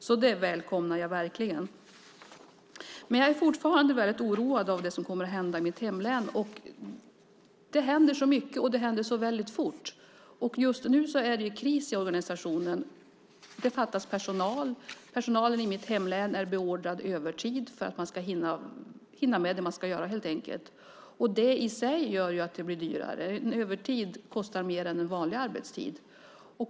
Så det välkomnar jag verkligen. Men jag är fortfarande väldigt oroad av det som kommer att hända i mitt hemlän. Det händer så mycket, och det händer så väldigt fort. Just nu är det kris i organisationen. Det fattas personal. Personalen i mitt hemlän är beordrad övertid för att de ska hinna med det de ska göra helt enkelt. Det i sig gör att det blir dyrare. Övertid kostar mer än vanlig arbetstid.